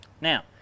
Now